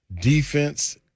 defense